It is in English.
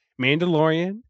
Mandalorian